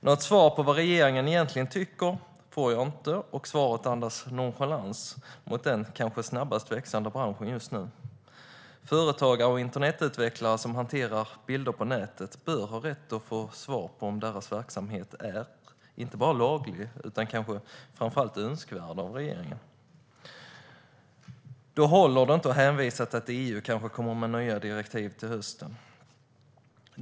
Något svar på frågan vad regeringen egentligen tycker får jag inte, och svaret andas nonchalans mot den kanske snabbast växande branschen just nu. Företagare och internetutvecklare som hanterar bilder på nätet bör ha rätt att få svar på om deras verksamhet är inte bara laglig utan kanske framför allt önskvärd av regeringen. Då håller det inte att hänvisa till att EU kanske kommer med nya direktiv till hösten.